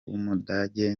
w’umudage